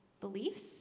beliefs